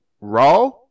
raw